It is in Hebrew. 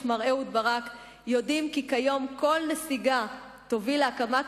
מר אהוד ברק יודעים כי כיום כל נסיגה תוביל להקמת